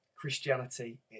Christianity